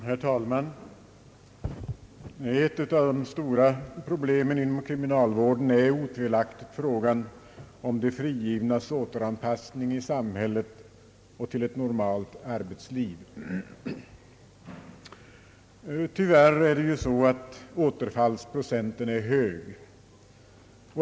Herr talman! Ett av de stora problemen inom kriminalvården är otvivelaktigt frågan om de frigivnas återanpassning till samhället och till ett normalt arbetsliv. Tyvärr är återfallsprocenten hög.